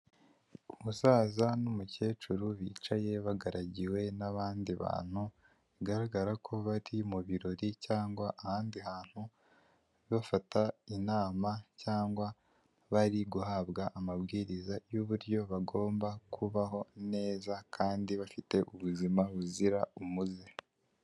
Umusaza n'umukecuru bicaye bagaragiwe n'abandi bantu, bigaragara ko bari mu birori cyangwa ahandi hantu bafata inama cyangwa bari guhabwa amabwiriza y'uburyo bagomba kubaho neza kandi bafite ubuzima buzira umuze.